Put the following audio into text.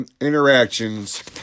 interactions